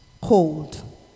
Cold